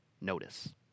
notice